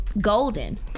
golden